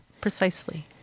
precisely